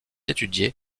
étudiée